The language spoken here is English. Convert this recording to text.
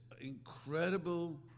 incredible